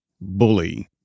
bully